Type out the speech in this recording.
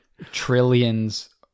trillions